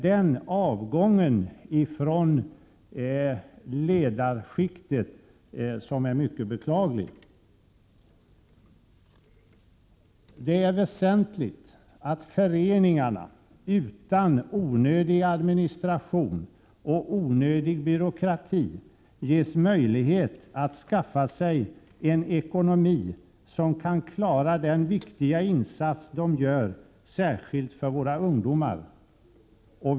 Den avgången från ledarskiktet är mycket beklaglig. Det är väsentligt att föreningarna utan onödig administration och onödig byråkrati ges möjlighet att skaffa sig en ekonomi som kan klara den viktiga insats de gör, särskilt för våra ungdomar.